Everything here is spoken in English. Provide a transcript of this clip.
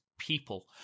people